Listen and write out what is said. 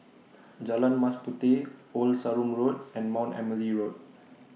Jalan Mas Puteh Old Sarum Road and Mount Emily Road